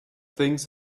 things